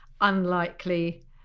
unlikely